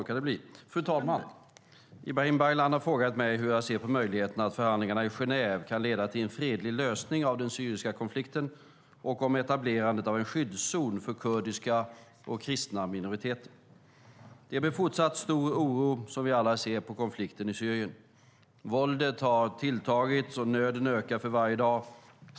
Fru talman! Ibrahim Baylan har frågat mig hur jag ser på möjligheterna till att förhandlingarna i Genève kan leda till en fredlig lösning av den syriska konflikten och på etablerandet av en skyddszon för kurdiska och kristna minoriteter. Det är med fortsatt stor oro som vi alla ser på konflikten i Syrien. Våldet har tilltagit, och nöden ökar för varje dag.